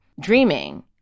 dreaming